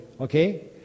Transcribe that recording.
okay